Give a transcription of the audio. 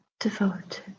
Devoted